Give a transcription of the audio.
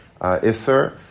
Isser